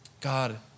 God